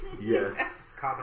Yes